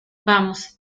vamos